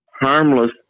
Harmless